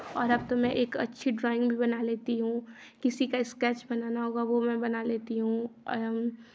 और अब तो मैं एक अच्छी ड्राॅइंग भी बना लेती हूँ किसी का स्केच बनाना होगा वो मैं बना लेती हूँ और हम